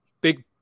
Big